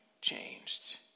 changed